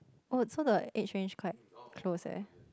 oh so the age range quite close eh